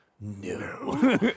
No